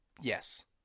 Yes